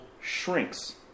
shrinks